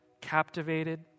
captivated